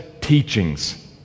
teachings